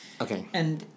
Okay